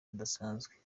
rudasanzwe